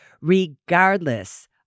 regardless